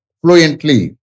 fluently